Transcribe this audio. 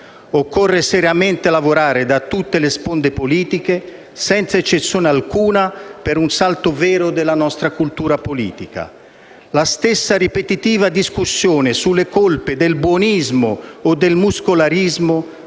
Occorre seriamente lavorare, da tutte le sponde politiche, senza eccezione alcuna, per un salto vero della nostra cultura politica. La stessa ripetitiva discussione sulle colpe del buonismo o del muscolarismo